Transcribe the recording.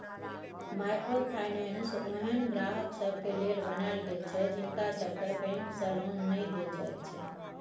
micro finance ओहेन ग्राहक सबके लेल बनायल गेल छै जिनका सबके बैंक से लोन नै देल जाइत छै